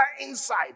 inside